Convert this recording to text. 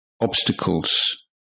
obstacles